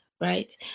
right